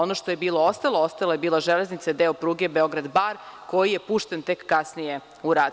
Ono što je bilo ostalo, ostala je bila železnica i deo pruge Beograd-Bar, koji je pušten tek kasnije u rad.